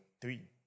three